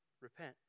repent